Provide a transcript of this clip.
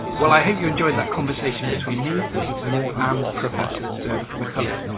well i hope you enjoyed that conversation between me peter moore and professor macculloch.